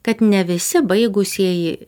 kad ne visi baigusieji